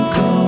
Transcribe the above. go